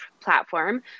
platform